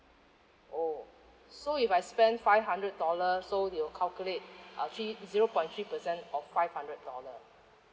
oh so if I spend five hundred dollar so you'll calculate uh three zero point two percent of five hundred dollar